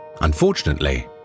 Unfortunately